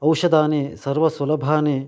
औषधानि सर्वसुलभानि